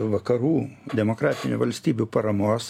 vakarų demokratinių valstybių paramos